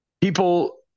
people